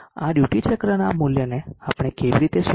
આ ડ્યુટી ચક્રના મૂલ્યને આપણે કેવી રીતે શોધીશું